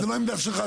זה לא העמדה שלך,